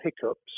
hiccups